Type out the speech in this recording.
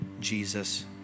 Jesus